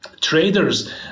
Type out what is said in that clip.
traders